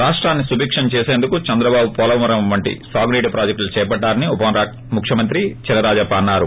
రాష్టాన్ని సుభిక్షం చేసిందుకే చంధ్రబాబు పోలవరం వంటి సాగునీటి ప్రాజెక్టులు చేపట్టారని ఉప ముఖ్యమంత్రి చినరాజప్ప అన్నారు